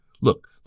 Look